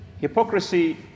Hypocrisy